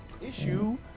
issue